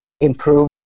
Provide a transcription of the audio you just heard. improve